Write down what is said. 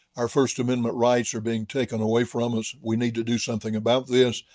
our first amendment rights are being taken away from us. we need to do something about this.